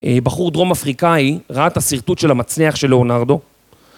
בחור דרום אפריקאי, ראה את השרטוט של המצנח של לאונרדו?